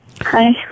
Hi